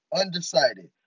Undecided